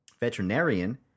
veterinarian